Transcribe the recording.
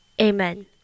amen